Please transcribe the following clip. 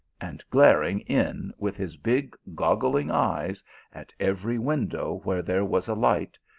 and glaring in with his big goggling eyes at every window where there was a light,